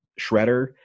Shredder